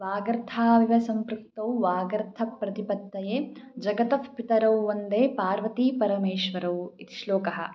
वागर्थाविव सम्पृक्तौ वागर्थप्रतिपत्तये जगतः पितरौ वन्दे पार्वतीपरमेश्वरौ इति श्लोकः